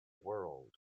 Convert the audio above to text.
world